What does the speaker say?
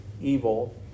evil